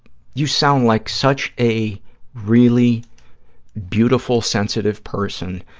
you sound like such a really beautiful, sensitive person,